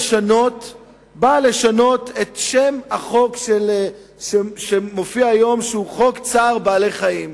שנועדה לשנות את שם החוק כפי שהוא מופיע היום: חוק צער בעלי-חיים.